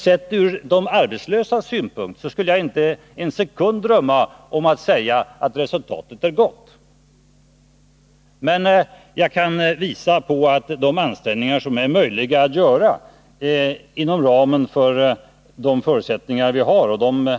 Sett från de arbetslösas synpunkt skulle jag däremot inte en sekund drömma om att säga att resultatet är gott. Men jag kan visa på att när det gäller de ansträngningar som är möjliga inom ramen för de förutsättningar vi har — och de